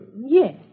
Yes